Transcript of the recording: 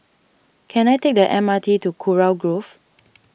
can I take the M R T to Kurau Grove